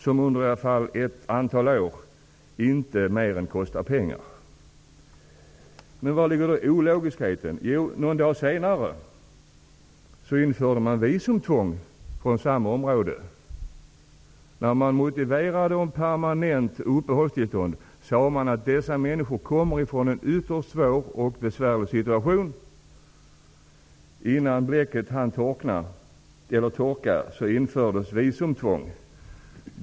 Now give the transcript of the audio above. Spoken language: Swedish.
I varje fall under ett antal år kommer de enbart att kosta pengar. Vari ligger då det ologiska? Jo, någon dag senare införde man visumtvång för människor från samma område. Motiveringen för det permanenta uppehållstillståndet var att dessa människor kom från en ytterst svår och besvärlig situation. Men innan bläcket hann torka infördes visumtvång.